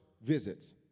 visits